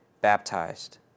baptized